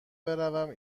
بروم